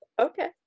Okay